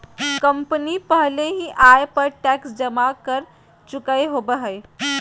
company पहले ही आय पर टैक्स जमा कर चुकय होबो हइ